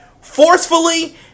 forcefully